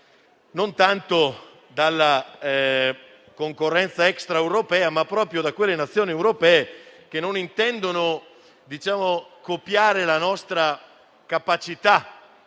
da parte della concorrenza extraeuropea, ma proprio di quelle nazioni europee che non intendono copiare la nostra capacità